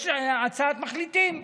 יש הצעת מחליטים.